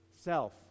Self